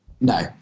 No